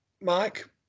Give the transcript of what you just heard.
Mike